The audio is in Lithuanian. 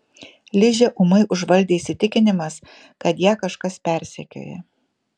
ližę ūmai užvaldė įsitikinimas kad ją kažkas persekioja